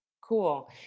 Cool